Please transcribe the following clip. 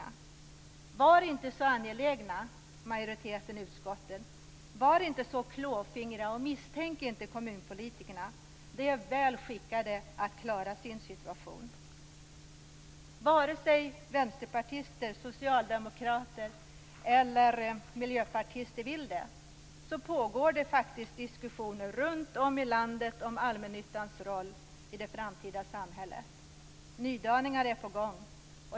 Till majoriteten i utskottet vill jag säga att ni inte skall vara så klåfingriga och inte misstänka kommunpolitikerna. De är väl skickade att klara sin situation. Vare sig vänsterpartister, socialdemokrater eller miljöpartister vill det pågår det faktisk diskussioner runtom i landet om allmännyttans roll i det framtida samhället. Nydaningar är på gång.